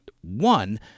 one